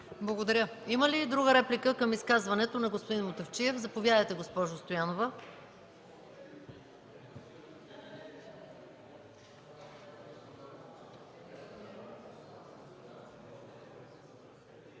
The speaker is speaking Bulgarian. Благодаря. Има ли друга реплика на изказването на господин Мутафчиев? Заповядайте, госпожо Стоянова.